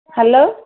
hello